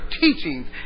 teachings